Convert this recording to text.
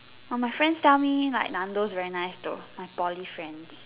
but my friends tell me like Nando's very nice though my Poly friends